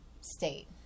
state